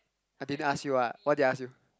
I didn't ask you what why did I ask you